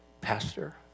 Pastor